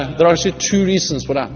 there are actually two reasons for that.